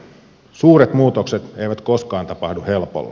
suuret muutokset eivät koskaan tapahdu helpolla